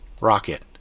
rocket